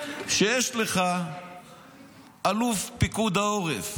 שאלוף פיקוד העורף